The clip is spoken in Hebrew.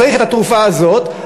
צריך את התרופה הזאת,